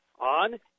on